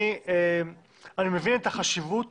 אני מבין את החשיבות